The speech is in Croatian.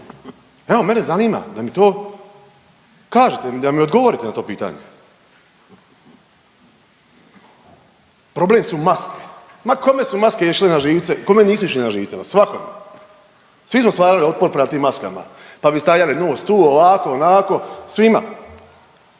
evo mene zanima da mi to kažete da mi odgovorite na to pitanje. Problem su maske, ma kome su maske išle na živce, kome nisu išle na živce, ma svakome, svi smo stvarali otpor prema tim maskama, pa stavljali nos tu ovako onako, svima.